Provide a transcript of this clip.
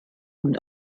und